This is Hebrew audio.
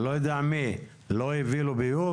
אני לא יודע מי, לא הובילו ביוב?